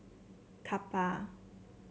Kappa